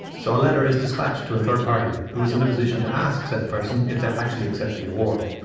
so a letter is dispatched to a third party who is in a position to ask said person if they'll actually accept the award.